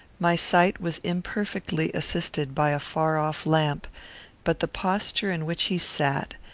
my sight was imperfectly assisted by a far-off lamp but the posture in which he sat,